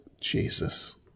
Jesus